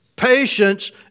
Patience